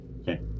Okay